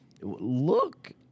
Look